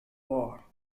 war